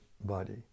body